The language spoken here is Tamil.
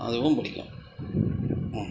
அதுவும் பிடிக்கும் ம்